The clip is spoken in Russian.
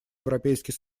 европейский